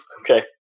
okay